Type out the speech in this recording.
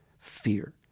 Fear